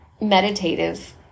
meditative